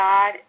God